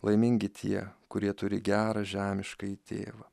laimingi tie kurie turi gerą žemiškąjį tėvą